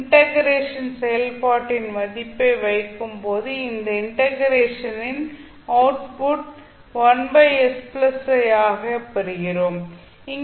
integration ல் செயல்பாட்டின் மதிப்பை வைக்கும் போது இந்த இன்டெக்ரேஷன் ன் அவுட்புட் ஆகப் பெறுகிறோம்